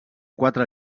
quatre